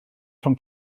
rhwng